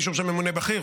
ואישור של ממונה בכיר,